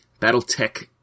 Battletech